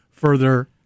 Further